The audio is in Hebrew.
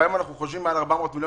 לפעמים אנחנו חושבים שמעל 400 מיליון,